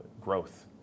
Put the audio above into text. growth